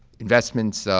investments,